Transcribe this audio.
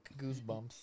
goosebumps